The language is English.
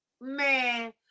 Man